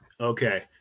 okay